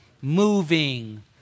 moving